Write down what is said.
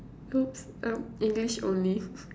oops um English only